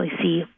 see